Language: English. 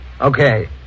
Okay